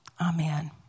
Amen